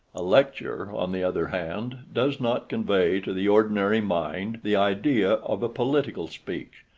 a lecture, on the other hand, does not convey to the ordinary mind the idea of a political speech,